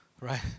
right